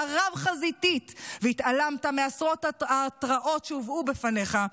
רב-חזיתית והתעלמת מעשרות ההתראות שהובאו בפניך.